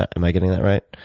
am i getting that right?